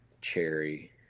cherry